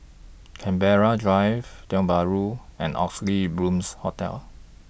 Canberra Drive Tiong Bahru and Oxley Blooms Hotel